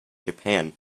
japan